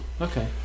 okay